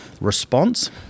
response